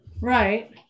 Right